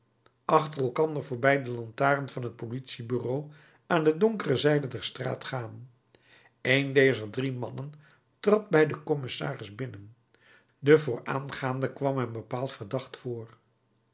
achter elkander voorbij de lantaarn van het politiebureau aan de donkere zijde der straat gaan een dezer drie mannen trad bij den commissaris binnen de vooraangaande kwam hem bepaald verdacht voor